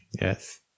Yes